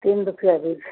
तीन रुपया बीज